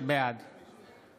בעד